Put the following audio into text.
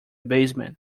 basement